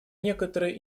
некоторой